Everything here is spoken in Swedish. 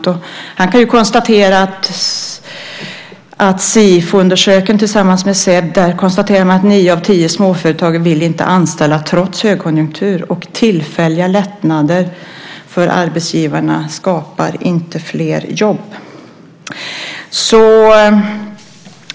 I gårdagens tidning konstaterar han utifrån en Sifoundersökning tillsammans med SEB att nio av tio småföretagare inte vill anställa trots högkonjunktur. Tillfälliga lättnader för arbetsgivarna skapar inte fler jobb.